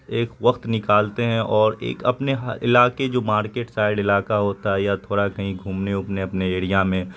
ایک وقت نکالتے ہیں اور ایک اپنے ہر علاقے جو مارکیٹ سائیڈ علاقہ ہوتا یا تھوڑا کہیں گھومنے وومنے اپنے ایریا میں